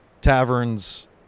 taverns